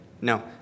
No